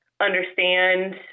understand